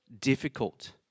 difficult